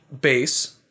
base